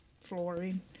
flooring